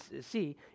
see